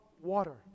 water